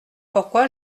pourquoi